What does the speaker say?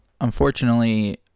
unfortunately